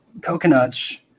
coconuts